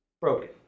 broken